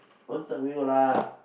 don't third wheel lah